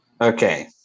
Okay